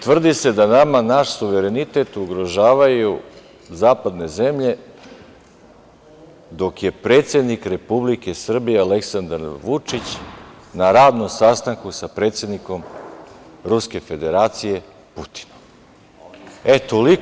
Tvrdi se da nama naš suverenitet ugrožavaju zapadne Zemlje, dok je predsednik Republike Srbije Aleksandar Vučić na radnom sastanku sa predsednikom Ruske Federacije Putinom.